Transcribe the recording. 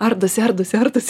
ardosi ardosi ardosi